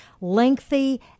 lengthy